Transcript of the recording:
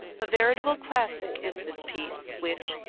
a veritable classic is this piece, which,